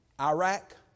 Iraq